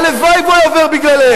הלוואי שהוא היה עובר בגללך.